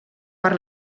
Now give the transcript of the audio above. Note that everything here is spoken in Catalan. per